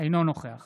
אינו נוכח